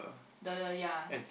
the ya